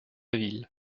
ville